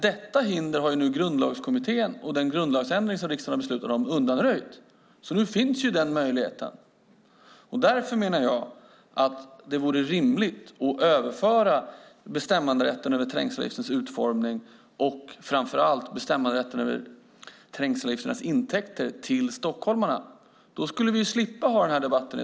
Detta hinder har Grundlagskommittén och den grundlagsändring som riksdagen beslutat om undanröjt. Nu finns möjligheten. Därför menar jag att det vore rimligt att överföra bestämmanderätten över trängselavgiftens utformning och, framför allt, bestämmanderätten över trängselavgiftens intäkter till stockholmarna. Då skulle vi slippa dagens debatt.